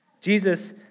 Jesus